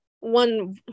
one